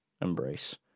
embrace